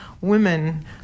women